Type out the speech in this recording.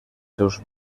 seus